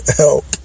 help